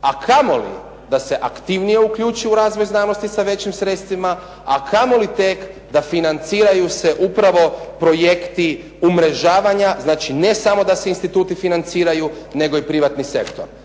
a kamoli da se aktivnije uključi u razvoj znanosti sa većim sredstvima, a kamoli tek da financiraju se upravo projekti umrežavanja, znači ne samo da se instituti financiraju, nego i privatni sektor.